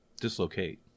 dislocate